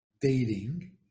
dating